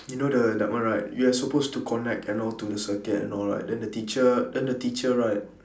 you know the that one right you are supposed to connect and all to the circuit and all right then the teacher then the teacher right